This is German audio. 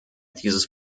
dieses